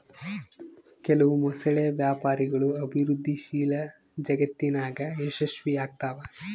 ಕೆಲವು ಮೊಸಳೆ ವ್ಯಾಪಾರಗಳು ಅಭಿವೃದ್ಧಿಶೀಲ ಜಗತ್ತಿನಾಗ ಯಶಸ್ವಿಯಾಗ್ತವ